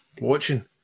watching